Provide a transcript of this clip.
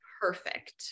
perfect